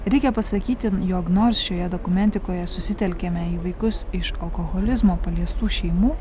reikia pasakyti jog nors šioje dokumentikoje susitelkiame į vaikus iš alkoholizmo paliestų šeimų